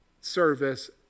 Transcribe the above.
service